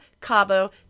cabo